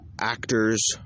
actors